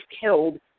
killed